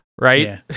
right